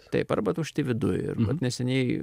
taip arba tušti viduj ir vat neseniai